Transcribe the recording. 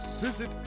visit